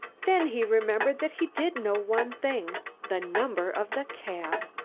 then he remembered that he did know one thing the number of the cab!